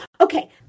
Okay